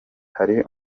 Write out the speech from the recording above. hari